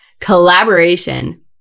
collaboration